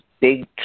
big